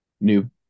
new